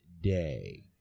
day